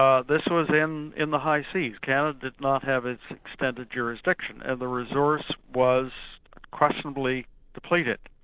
ah this was in in the high seas canada did not have its extended jurisdiction and the resource was questionably depleted.